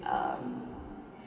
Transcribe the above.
uh